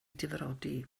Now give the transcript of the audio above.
difrodi